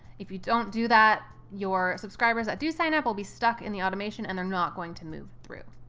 if you don't do that, your subscribers that do sign up will be stuck in the automation and they're not going to move through.